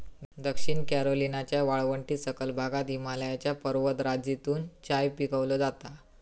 दक्षिण कॅरोलिनाच्या वाळवंटी सखल भागात हिमालयाच्या पर्वतराजीतून चाय पिकवलो जाता